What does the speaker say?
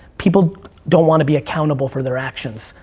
people don't want to be accountable for their actions,